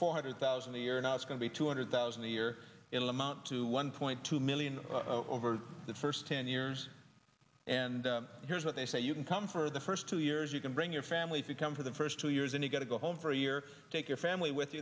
four hundred thousand a year now it's going to be two hundred thousand a year in the amount to one point two million over the first ten years and here's what they say you can come for the first two years you can bring your family to come for the first two years and you got to go home for a year take your family with